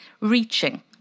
reaching